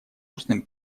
устным